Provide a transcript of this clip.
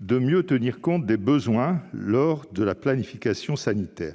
de « mieux tenir compte des besoins lors de la planification sanitaire